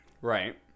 Right